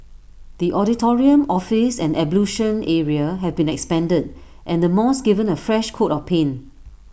the auditorium office and ablution area have been expanded and the mosque given A fresh coat of paint